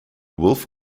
wolfe